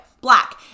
black